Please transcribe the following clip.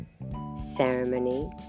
Ceremony